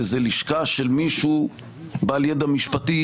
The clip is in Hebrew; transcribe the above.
באיזה לשכה של מישהו בעל ידע משפטי,